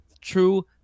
true